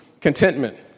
contentment